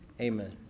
Amen